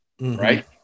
right